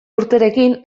urterekin